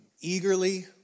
eagerly